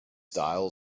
style